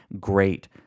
great